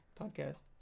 podcast